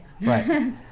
Right